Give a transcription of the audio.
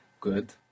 Good